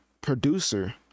producer